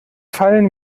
fallen